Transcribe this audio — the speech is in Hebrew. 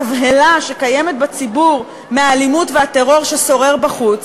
התבהלה שקיימת בציבור מהאלימות ומהטרור ששוררים בחוץ,